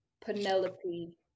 Penelope